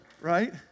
Right